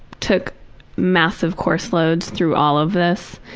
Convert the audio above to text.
took massive course loads through all of this,